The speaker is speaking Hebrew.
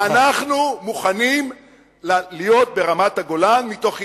זאת אומרת: אנחנו מוכנים להיות ברמת-הגולן מתוך ידיעה,